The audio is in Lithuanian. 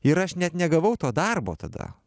ir aš net negavau to darbo tada